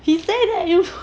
he said that you